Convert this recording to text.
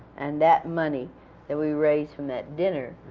and that money that we raised from that dinner